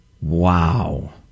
Wow